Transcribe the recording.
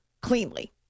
cleanly